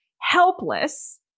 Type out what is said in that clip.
helpless